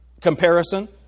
comparison